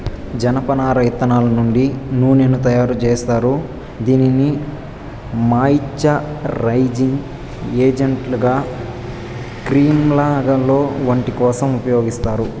జనపనార ఇత్తనాల నుండి నూనెను తయారు జేత్తారు, దీనిని మాయిశ్చరైజింగ్ ఏజెంట్గా క్రీమ్లలో, వంట కోసం ఉపయోగిత్తారు